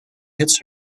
hits